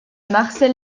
marcel